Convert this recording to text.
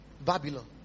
Babylon